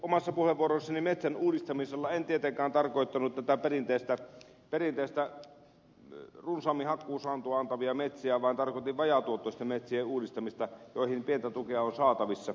omassa puheenvuorossani metsän uudistamisella en tietenkään tarkoittanut näitä perinteisiä runsaammin hakkuusaantoa antavia metsiä vaan tarkoitin vajaatuottoisten metsien uudistamista joihin pientä tukea on saatavissa